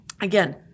Again